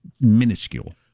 minuscule